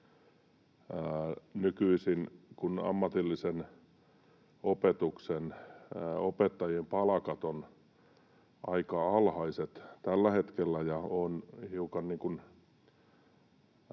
riskin. Ammatillisen opetuksen opettajien palkat ovat aika alhaiset tällä hetkellä — se